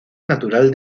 natural